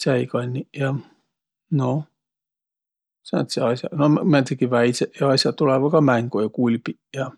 tsäikanniq ja. Noh, sääntseq as'aq. No määntsegi väidseq ja as'aq tulõvaq kah mängo, ja kulbiq ja.